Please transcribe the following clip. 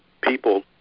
people